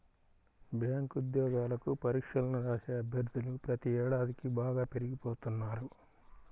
bank ఉద్యోగాలకు పరీక్షలను రాసే అభ్యర్థులు ప్రతి ఏడాదికీ బాగా పెరిగిపోతున్నారు